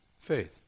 faith